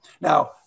Now